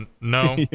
no